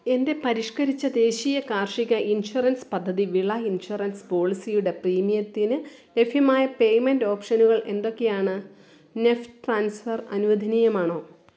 എന്റെ പരിഷ്ക്കരിച്ച ദേശീയ കാർഷിക ഇൻഷുറൻസ് പദ്ധതി വിള ഇൻഷുറൻസ് പോളിസീടെ പ്രീമിയത്തിന് ലഭ്യമായ പേയ്മെൻറ്റ് ഓപ്ഷനുകൾ എന്തൊക്കെയാണ് നെഫ്റ്റ് ട്രാൻസ്ഫർ അനുവദനീയമാണോ